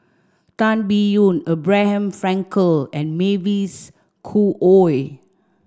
Tan Biyun Abraham Frankel and Mavis Khoo Oei